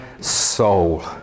soul